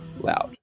loud